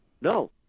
No